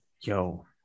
yo